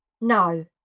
No